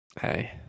Hey